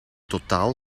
totaal